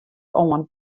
oan